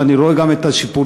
ואני רואה גם את השיפורים,